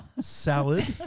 salad